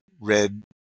red